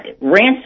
ransom